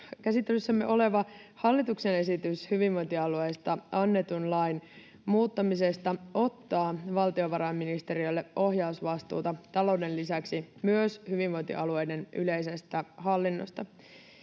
Käsittelyssämme oleva hallituksen esitys hyvinvointialueesta annetun lain muuttamisesta ottaa valtiovarainministeriölle ohjausvastuuta talouden lisäksi myös hyvinvointialueiden yleisestä hallinnosta.